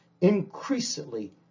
increasingly